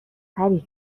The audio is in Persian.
پری